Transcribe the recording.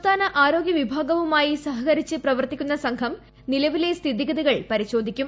സംസ്ഥാന ആരോഗ്യ വിഭാഗവുമായി സഹകരിച്ച് പ്രവർത്തിക്കുന്ന സംഘം നിലവിലെ സ്ഥിതിഗതികൾ പരിശോധിക്കും